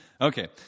Okay